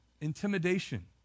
intimidation